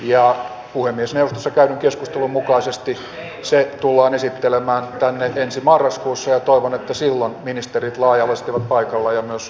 ja puhemiesneuvostossa käydyn keskustelun mukaisesti se tullaan esittelemään tänne ensi marraskuussa ja toivon että silloin ministerit laaja alaisesti ovat paikalla ja myös koko eduskunta